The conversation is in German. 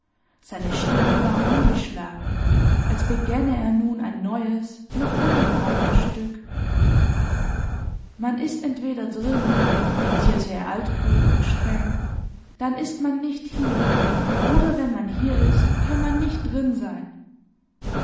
seine stimme war umgeschlagen als begänne er nun ein neues noch ungebrauchtes stück man ist entweder drin diktierte er altklug und streng dann ist man nicht hier oder wenn man hier ist kann man nicht drin sein